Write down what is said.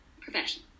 profession